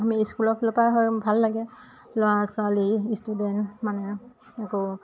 আমি স্কুলৰ ফালৰ পৰাই হয় ভাল লাগে ল'ৰা ছোৱালী ষ্টুডেণ্ট মানে আকৌ